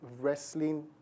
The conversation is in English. wrestling